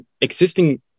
existing